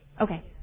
Okay